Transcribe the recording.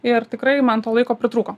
ir tikrai man to laiko pritrūko